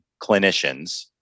clinicians